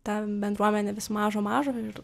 ta bendruomenė vis mažą mažą ir